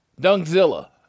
Dungzilla